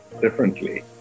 differently